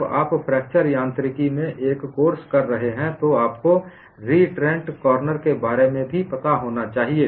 जब आप फ्रैक्चर यांत्रिकी में एक कोर्स कर रहे हैं तो आपको रीएंन्ट्रेंट कॉर्नर के बारे में भी पता होना चाहिए